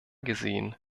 gesehen